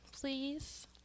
please